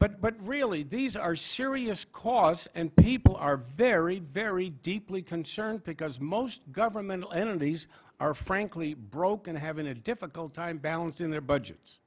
people but really these are serious cause and people are very very deeply concerned because most governmental entities are frankly broke and having a difficult time balancing their budgets